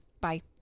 Bye